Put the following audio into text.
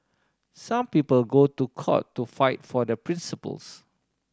some people go to court to fight for their principles